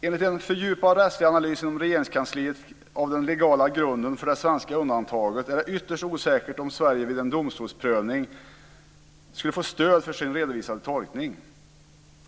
Enligt en fördjupad rättslig analys inom Regeringskansliet av den legala grunden för det svenska undantaget är det ytterst osäkert om Sverige vid en domstolsprövning skulle få stöd för sin redovisade tolkning.